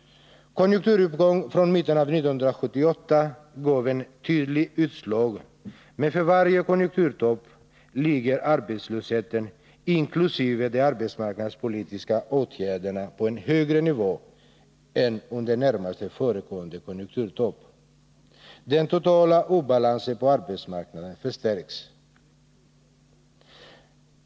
Konjunkturuppgången från mitten av 1978 gav ett tydligt utslag, men för varje konjunkturtopp ligger arbetslösheten inkl. de arbetsmarknadspolitiska åtgärderna på en högre nivå än under närmast föregående konjunkturtopp. Den totala obalansen på arbetsmarknaden förstärks.